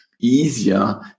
easier